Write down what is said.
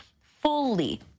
fully